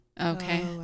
Okay